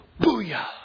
Booyah